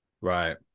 right